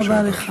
תודה רבה לך.